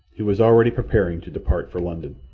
who was already preparing to depart for london.